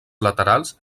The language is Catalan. laterals